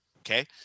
okay